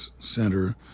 center